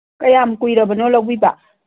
ꯀꯌꯥꯝ ꯀꯨꯏꯔꯕꯅꯣ ꯂꯧꯕꯤꯕ